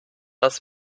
las